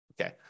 Okay